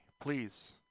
please